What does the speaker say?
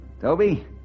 Toby